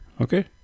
Okay